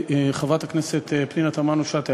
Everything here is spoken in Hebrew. שבו האינטרס הישראלי